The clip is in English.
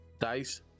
dice